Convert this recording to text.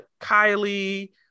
Kylie